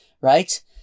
right